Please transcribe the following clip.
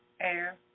air